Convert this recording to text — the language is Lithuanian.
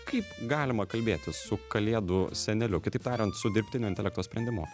kaip galima kalbėtis su kalėdų seneliu kitaip tariant su dirbtinio intelekto sprendimu